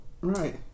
Right